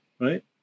right